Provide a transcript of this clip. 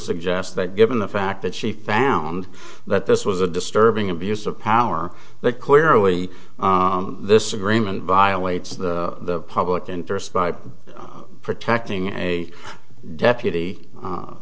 suggest that given the fact that she found that this was a disturbing abuse of power that clearly this agreement violates the public interest by protecting a deputy